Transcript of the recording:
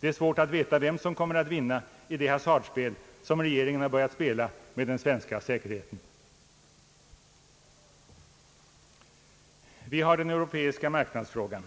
Det är svårt att veta vem som kommer att vinna i det hasardspel som regeringen har börjat spela med den svenska säkerheten. Vi har den europeiska marknadsfrågan.